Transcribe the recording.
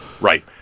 Right